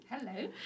Hello